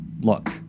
look